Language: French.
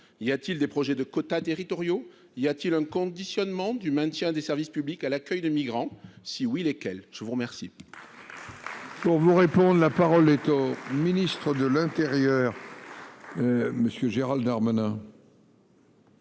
y a-t-il des projets de quotas territoriaux, y a-t-il un conditionnement du maintien des services publics à l'accueil de migrants si oui lesquels je vous remercie.